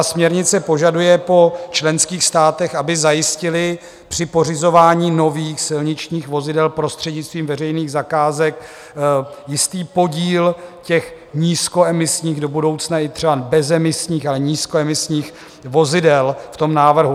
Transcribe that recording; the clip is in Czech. Směrnice požaduje po členských státech, aby zajistily při pořizování nových silničních vozidel prostřednictvím veřejných zakázek jistý podíl těch nízkoemisních, do budoucna i třeba bezemisních, ale nízkoemisních vozidel v tom návrhu.